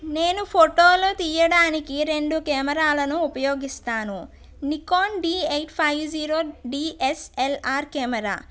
నేను ఫోటోలు తీయడానికి రెండు కెమెరాలను ఉపయోగిస్తాను Nikon D eight five zero DSLR camera